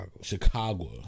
chicago